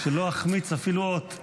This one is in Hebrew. שלא אחמיץ אפילו אות.